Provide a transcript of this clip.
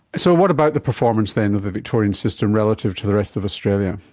so what about the performance then of the victorian system relative to the rest of australia?